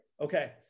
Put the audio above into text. okay